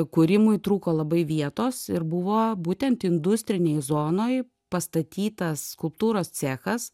kūrimui trūko labai vietos ir buvo būtent industrinėj zonoj pastatytas skulptūros cechas